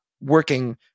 working